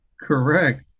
Correct